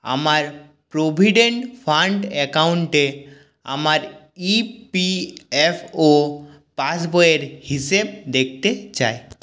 আমার provident fund অ্যাকাউন্টে আমার ই পি এফ ও পাসবইয়ের হিসেব দেখতে চাই